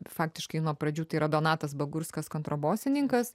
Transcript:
faktiškai nuo pradžių tai yra donatas bagurskas kontrabosininkas